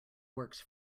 works